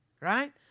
right